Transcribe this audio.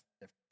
difference